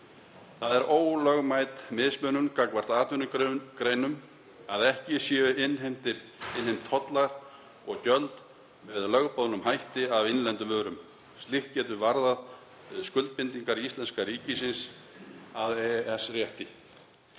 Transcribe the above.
Það er ólögmæt mismunun gagnvart atvinnugreinum að ekki séu innheimtir tollar og gjöld með lögboðnum hætti af innlendum vörum. Slíkt getur varðað skuldbindingar íslenska ríkisins að EES-rétti.